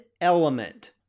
element